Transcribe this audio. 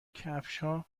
کفشها